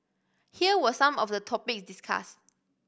here were some of the topics discussed